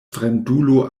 fremdulo